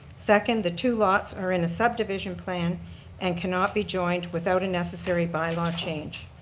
second, the two lots are in a subdivision plan and cannot be joined without a necessary bylaw change.